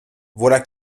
voilà